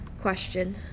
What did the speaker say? question